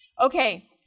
Okay